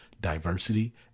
diversity